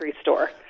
store